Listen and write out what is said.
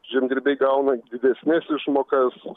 žemdirbiai gauna didesnes išmokas